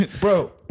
Bro